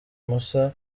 musa